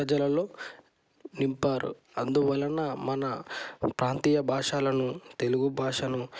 ప్రజలలో నింపారు అందువలన మన ప్రాంతీయ భాషలను తెలుగు భాషను